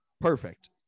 perfect